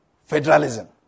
federalism